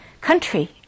country